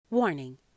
Warning